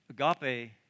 agape